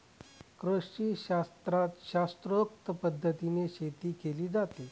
कृषीशास्त्रात शास्त्रोक्त पद्धतीने शेती केली जाते